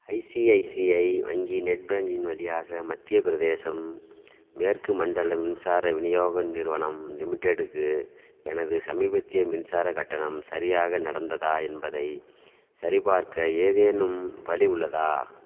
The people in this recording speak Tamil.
ஐசிஐசிஐ வங்கி நெட் பேங்கிங் வழியாக மத்திய பிரதேசம் மேற்கு மண்டல மின்சார விநியோக நிறுவனம் லிமிட்டெடுக்கு எனது சமீபத்திய மின்சாரக் கட்டணம் சரியாக நடந்ததா என்பதை சரிபார்க்க ஏதேனும் வழி உள்ளதா